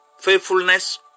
faithfulness